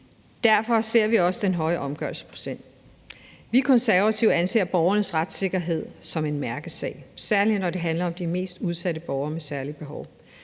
Derfor ser vi også den høje omgørelsesprocent. Vi Konservative anser borgernes retssikkerhed som en mærkesag, særlig når det handler om de mest udsatte borgere med særlige behov.